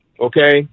Okay